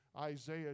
Isaiah